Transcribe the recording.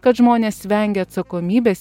kad žmonės vengia atsakomybės